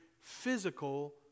physical